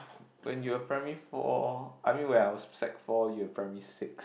when you were primary four I mean when I was sec four you were primary six